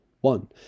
one